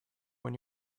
when